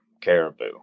caribou